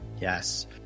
yes